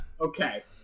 Okay